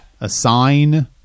assign